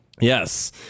Yes